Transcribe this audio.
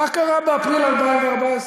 מה קרה באפריל 2014?